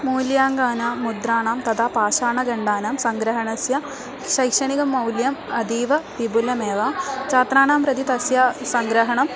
मूल्याङ्कानां मुद्राणां तथा पाषाणखण्डानां सङ्ग्रहणस्य शैक्षणिकमौल्यम् अतीवविपुलमेव छात्राणां प्रति तस्य सङ्ग्रहणं